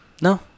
No